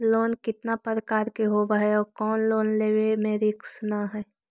Loan कितना प्रकार के होबा है कोन लोन लेब में रिस्क न है?